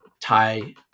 Thai